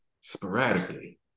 sporadically